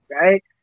right